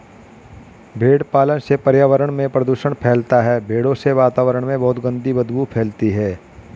भेड़ पालन से पर्यावरण में प्रदूषण फैलता है भेड़ों से वातावरण में बहुत गंदी बदबू फैलती है